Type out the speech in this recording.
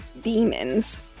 demons